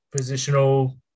positional